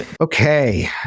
Okay